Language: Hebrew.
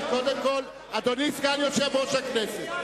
אדוני סגן יושב-ראש הכנסת,